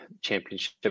championship